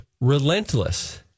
Relentless